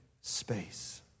space